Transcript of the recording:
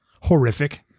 horrific